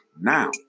now